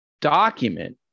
document